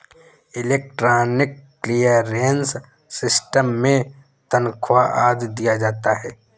electronic clearance system से तनख्वा आदि दिया जाता है